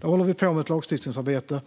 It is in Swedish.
Vi håller på med ett lagstiftningsarbete,